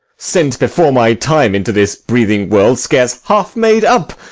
sent before my time into this breathing world scarce half made up,